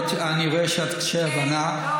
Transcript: אני רואה שאת קשת הבנה,